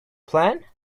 plan